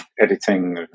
editing